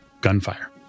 gunfire